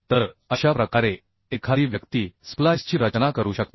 तर अशा प्रकारे एखादी व्यक्ती स्प्लाइसची रचना करू शकते